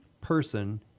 person